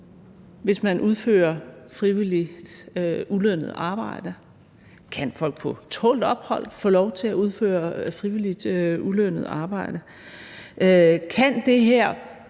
hvis man udfører frivilligt ulønnet arbejde? Kan folk på tålt ophold få lov til at udføre frivilligt ulønnet arbejde? Kan den her